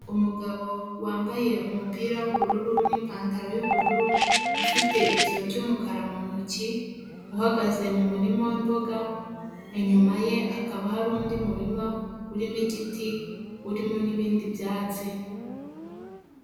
Umugabo wambaye umupira w'ubururu n'ipantaro y'ubururu, ufite itiyo ry'umukara mu ntoki uhagaze mu murima w'imboga, inyuma ye hakaba hari undi murima urimo igiti urimo n'ibindi byatsi.